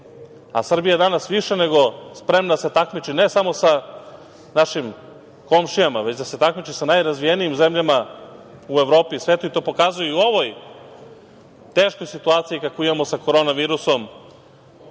Srbija je danas više nego spremna da se takmiči ne samo sa našim komšijama već da se takmiči sa najrazvijenijim zemljama u Evropi i svetu i to pokazuju u ovoj teškoj situaciji koju imamo sa korona virusom